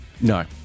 No